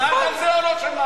שמעת על זה או לא שמעת?